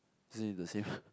isn't it the same